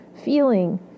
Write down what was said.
feeling